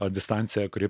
o distancija kuri